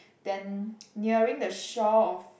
then nearing the shore of